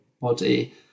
body